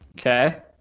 Okay